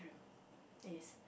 it's